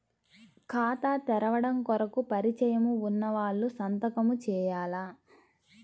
ఖాతా తెరవడం కొరకు పరిచయము వున్నవాళ్లు సంతకము చేయాలా?